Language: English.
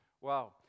wow